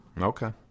Okay